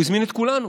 הוא הזמין את כולנו.